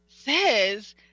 says